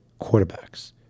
quarterbacks